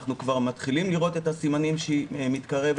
אנחנו כבר מתחילים לראות את הסימנים שהיא מתקרבת